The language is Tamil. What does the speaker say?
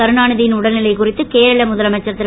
கருணாநிதி யின் உடல்நிலை குறித்து கேரள முதலமைச்சர் திரு